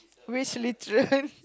which litera~